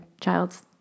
child's